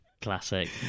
Classic